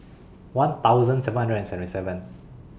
one thousand seven hundred and seventy seven